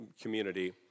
community